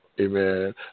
Amen